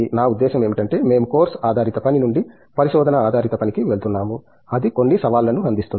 నా ఉద్దేశ్యం ఏమిటంటే మేము కోర్సు ఆధారిత పని నుండి పరిశోధన ఆధారిత పనికి వెళ్తున్నాము అది కొన్ని సవాళ్లను అందిస్తుంది